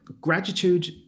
gratitude